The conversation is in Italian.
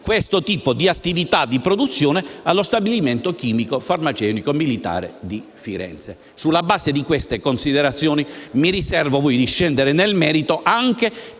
questo tipo di attività di produzione allo Stabilimento chimico farmaceutico militare di Firenze. Sulla base di queste considerazioni, mi riservo di scendere nel merito anche